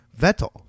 Vettel